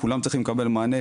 כולם צריכים לקבל מענה,